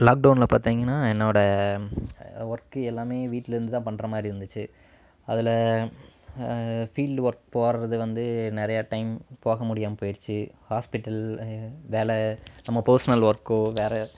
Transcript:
lock டவுனில் பார்த்திங்கன்னா என்னோடய ஒர்க்கு எல்லாமே வீட்டில் இருந்து தான் பண்ணுற மாதிரி இருந்துச்சு அதில் ஃபீல்டு ஒர்க் போகிறது வந்து நிறையா டைம் போக முடியாமல் போயிடுச்சு ஹாஸ்பிட்டல் வேலை நம்ம பர்ஸ்னல் ஒர்க்கோ வேறு